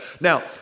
Now